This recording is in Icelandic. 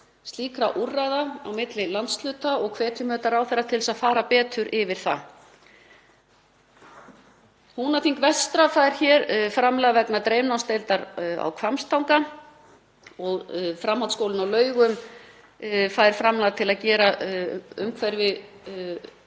slíkra úrræða á milli landshluta og við hverjum ráðherra til að fara betur yfir það. Húnaþing vestra fær hér framlag vegna dreifnámsdeildar á Hvammstanga. Framhaldsskólinn á Laugum fær framlag til að gera umhverfi